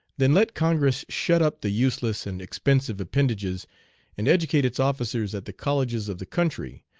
then let congress shut up the useless and expensive appendages and educate its officers at the colleges of the country,